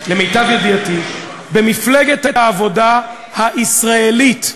למיטב ידיעתי, במפלגת העבודה הישראלית.